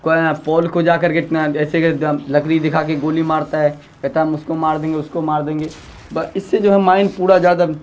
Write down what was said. کوئں پول کو جا کر کے ایسے کہ لکڑی دکھا کے گولی مارتا ہے کہتا ہے ہم اس کو مار دیں گے اس کو مار دیں گے بس اس سے جو ہے مائنڈ پورا زیادہ